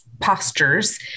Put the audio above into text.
postures